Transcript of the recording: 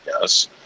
Yes